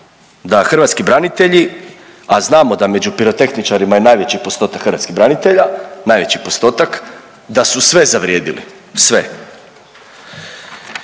da hrvatski branitelji, a znamo da među pirotehničarima je najveći postotak hrvatskih branitelja, najveći postotak, da su sve zavrijedili, sve.